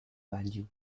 value